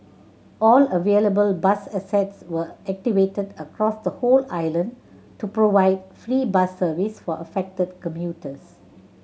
all available bus assets were activated across the whole island to provide free bus service for affected commuters